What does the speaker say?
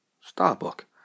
Starbuck